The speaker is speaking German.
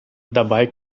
dabei